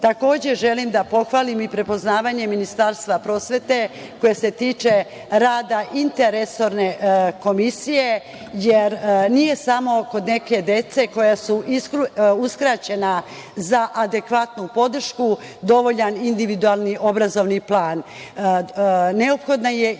želim da pohvalim i prepoznavanje Ministarstva prosvete, koje se tiče rada interresorne komisije, jer nije samo kod neke dece koja su uskraćena za adekvatnu podršku dovoljan individualni obrazovni plan, neophodna je i